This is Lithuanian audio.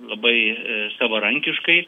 labai savarankiškai